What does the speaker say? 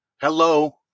Hello